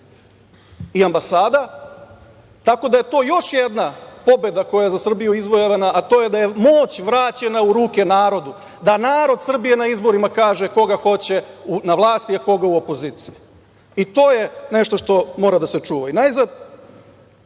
i ambasada, tako da je to još jedna pobeda koja je za Srbiju izvojevana, a to je da je moć vraćena u ruke narodu, da narod Srbije na izborima kaže koga hoće na vlasti, a koga u opoziciji. To je nešto što mora da se čuva. Najzad,